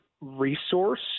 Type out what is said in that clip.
resource